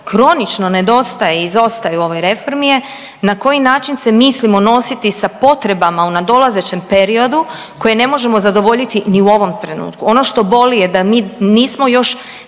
kronično nedostaje i izostaje u ovoj reformi je na koji način se mislimo nositi sa potrebama u nadolazećem periodu koje ne možemo zadovoljiti ni u ovom trenutku. Ono što boli je da mi nismo još